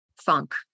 funk